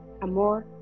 amor